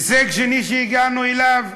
הישג שני שהגענו אליו,